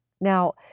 Now